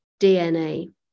DNA